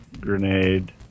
grenade